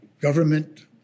Government